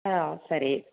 ஆ சரி